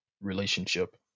relationship